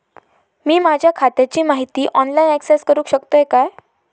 मी माझ्या खात्याची माहिती ऑनलाईन अक्सेस करूक शकतय काय?